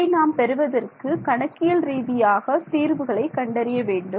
இதை நாம் பெறுவதற்கு கணக்கியல் ரீதியாக தீர்வுகளை கண்டறிய வேண்டும்